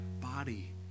body